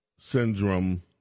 syndrome